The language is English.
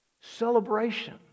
celebration